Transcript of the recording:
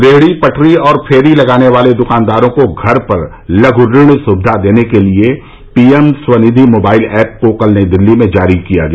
रेहड़ी पटरी और फेरी लगाने वाले दुकानदारों को घर पर लघु ऋण सुविधा देने के लिए पीएम स्वनिधि मोबाइल ऐप को कल नई दिल्ली में जारी किया गया